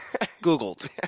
Googled